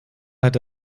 hätte